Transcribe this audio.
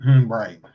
Right